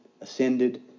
ascended